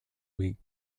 week